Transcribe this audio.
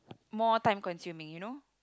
more time consuming you know